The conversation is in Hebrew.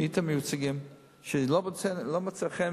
אי-אפשר עכשיו לתקן